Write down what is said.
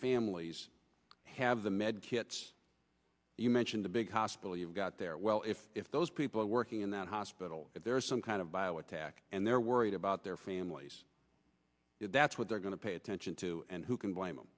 families have the med kits you mentioned the big hospital you've got there well if those people are working in that hospital if there is some kind of bio attack and they're worried about their families that's what they're going to pay attention to and who can blame them